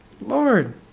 Lord